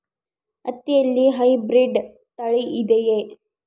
ಹತ್ತಿಯಲ್ಲಿ ಹೈಬ್ರಿಡ್ ತಳಿ ಇದೆಯೇ?